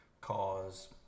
cause –